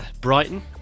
Brighton